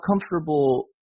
comfortable